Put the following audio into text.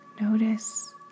Notice